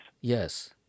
Yes